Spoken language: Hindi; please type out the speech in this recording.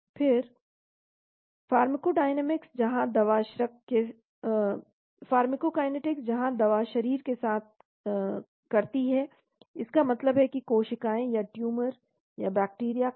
फिर फार्माकोडायनामिक्स जहां दवा शरीर के साथ करती है इसका मतलब है कि कोशिकाएं या ट्यूमर या बैक्टीरिया कवक